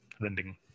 rending